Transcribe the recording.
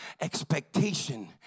expectation